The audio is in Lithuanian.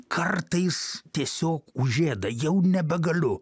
kartais tiesiog užėda jau nebegaliu